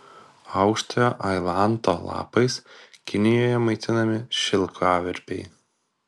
aukštojo ailanto lapais kinijoje maitinami šilkaverpiai